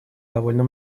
довольно